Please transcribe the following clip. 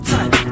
Time